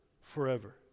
forever